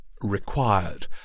required